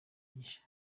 gishya